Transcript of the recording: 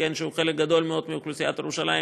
שהוא חלק גדול מאוד מאוכלוסיית ירושלים,